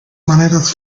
maneras